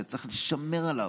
שצריך לשמור עליו,